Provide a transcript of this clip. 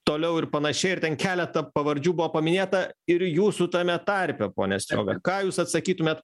toliau ir panašiai ir ten keleta pavardžių buvo paminėta ir jūsų tame tarpe pone strioga ką jūs atsakytumėt